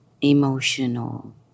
emotional